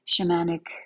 shamanic